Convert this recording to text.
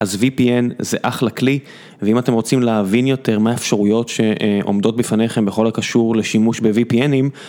אז VPN זה אחלה כלי ואם אתם רוצים להבין יותר מה האפשרויות שעומדות בפניכם בכל הקשור לשימוש ב-VPN'ים.